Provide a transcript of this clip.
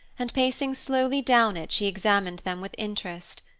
and pacing slowly down it she examined them with interest.